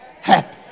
happy